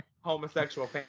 homosexual